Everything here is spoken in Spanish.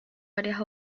varias